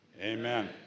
Amen